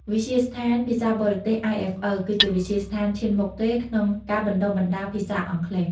វិទ្យាស្ថានភាសាបរទេស IFL គឺជាវិទ្យាស្ថានឈានមុខគេក្នុងការបណ្តុះបណ្តាលភាសាអង់គ្លេស។